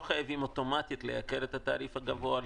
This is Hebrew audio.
חייבים לייקר אוטומטית את התעריף הגבוה.